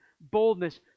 boldness